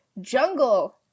jungle